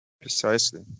Precisely